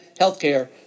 Healthcare